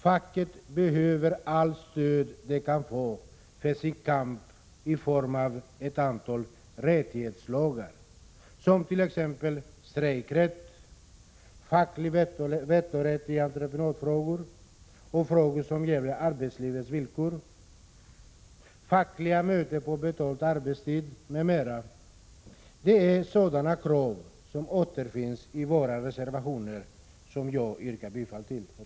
Facket behöver allt stöd det kan få för sin kamp, stöd i form av ett antal rättighetslagar som bl.a. ger dem strejkrätt, facklig vetorätt i entreprenadfrågor och frågor som gäller arbetslivets villkor, rätt till fackliga möten på betald arbetstid, m.m. Herr talman! Krav på sådana förändringar återfinns i våra reservationer, vilka jag härmed yrkar bifall till.